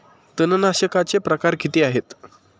तणनाशकाचे प्रकार किती आहेत?